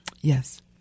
Yes